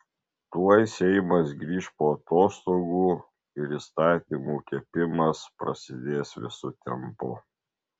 tuoj seimas grįš po atostogų ir įstatymų kepimas prasidės visu tempu